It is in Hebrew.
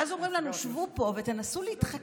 ואז אומרים לנו: שבו פה ותנסו להתחכם.